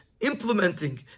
implementing